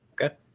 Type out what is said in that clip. okay